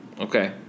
Okay